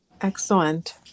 excellent